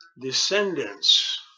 descendants